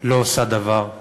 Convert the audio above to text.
לא עושה דבר.